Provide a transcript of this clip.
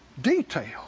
Detail